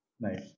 nice